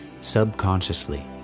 subconsciously